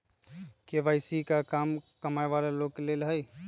KYC का कम कमाये वाला लोग के लेल है?